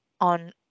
on